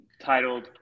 titled